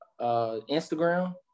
Instagram